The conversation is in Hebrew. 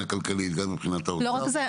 כלכלית ומבחינת הקידום --- לא רק זה.